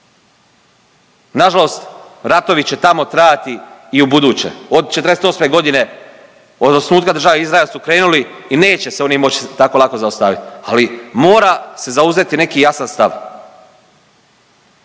Nažalost ratovi će tamo trajati i ubuduće, od '48. g. od osnutka države Izrael su krenuli i neće se oni moći tako lako zaustaviti, ali mora se zauzeti neki jasan stav.